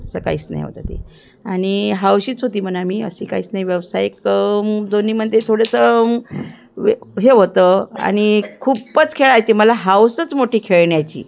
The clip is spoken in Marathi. असं काहीच नाही होतं ते आणि हौशीच होती म्हणा मी अशी काहीच नाही व्यावसायिक दोन्हीमध्ये थोडंसं वे हे होतं आणि खूपच खेळायचे मला हौसच मोठी खेळण्याची